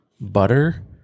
butter